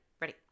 ready